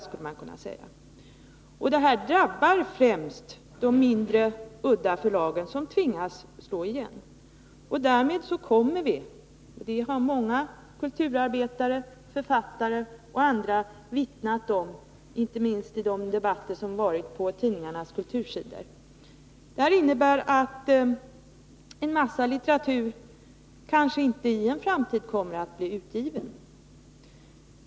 Det här drabbar främst de mindre, udda förlagen som tvingas slå igen. Det har många kulturarbetare, författare och andra vittnat om, inte minst i de debatter som förekommit på tidningarnas kultursidor. Detta innebär att en mängd litteratur i en framtid kanske inte kommer att bli utgiven.